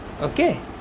Okay